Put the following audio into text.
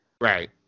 Right